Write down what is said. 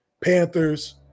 Panthers